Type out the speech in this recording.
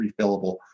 Refillable